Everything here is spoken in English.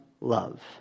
love